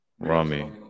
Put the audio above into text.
Rami